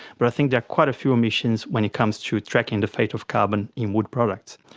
but i think there are quite a few omissions when it comes to tracking the fate of carbon in wood products,